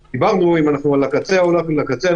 דיברנו אם אנחנו על הקצה או לא על הקצה.